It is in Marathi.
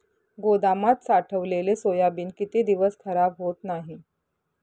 गोदामात साठवलेले सोयाबीन किती दिवस खराब होत नाही?